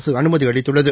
அரசு அனுமதி அளித்துள்ளது